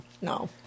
No